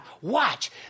Watch